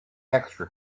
extra